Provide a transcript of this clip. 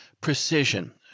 precision